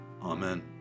Amen